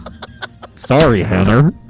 sorry, heather.